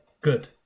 good